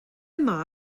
mae